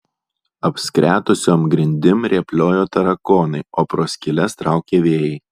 apskretusiom grindim rėpliojo tarakonai o pro skyles traukė vėjai